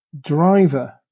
driver